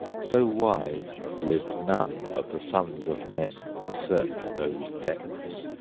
so wise lived none of the sons of men, to search those depths!